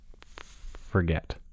forget